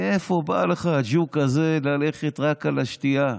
מאיפה בא לך הג'וק הזה ללכת רק על השתייה?